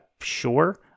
sure